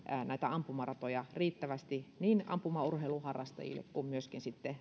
näitä ampumaratoja riittävästi niin ampumaurheilun harrastajille kuin myöskin sitten